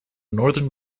northern